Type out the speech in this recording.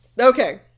Okay